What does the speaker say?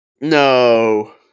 No